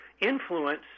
influence